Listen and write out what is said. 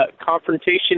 Confrontation